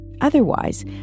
Otherwise